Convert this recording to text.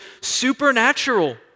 supernatural